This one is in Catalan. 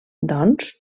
doncs